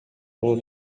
кулов